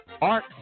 Art